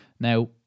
Now